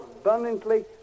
abundantly